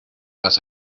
las